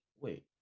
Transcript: Wait